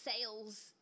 sales